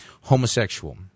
homosexual